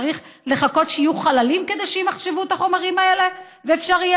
צריך לחכות שיהיו חללים כדי שימחשבו את החומרים האלה ואפשר יהיה